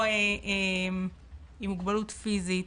או עם מוגבלות פיזית,